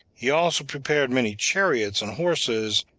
he also prepared many chariots and horses,